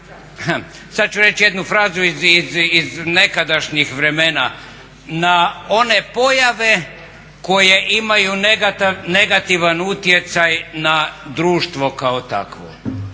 sad ću reći jednu frazu iz nekadašnjih vremena, na one pojave koje imaju negativan utjecaj na društvo kao takvo.